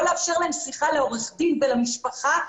לאפשר להם שיחה לעורך הדין שלהם ולמשפחה,